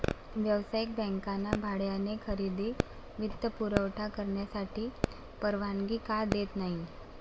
व्यावसायिक बँकांना भाड्याने खरेदी वित्तपुरवठा करण्याची परवानगी का देत नाही